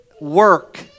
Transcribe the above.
work